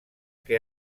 que